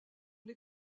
les